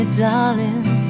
darling